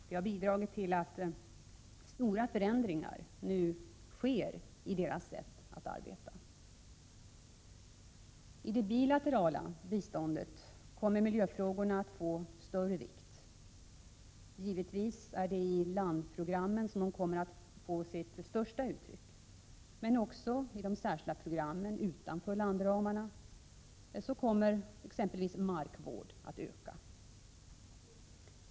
Det har bidragit till att stora förändringar nu sker i deras sätt att arbeta. I det bilaterala biståndet kommer miljöfrågorna att få större vikt. Givetvis är det i landprogrammen som de kommer att få sitt starkaste uttryck, men också i de särskilda programmen utanför landramarna kommer t.ex. markvård att öka.